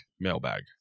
mailbag